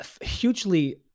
hugely